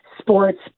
Sports